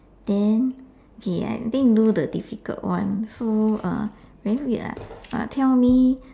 then okay I think do the difficult one so uh very weird ah uh tell me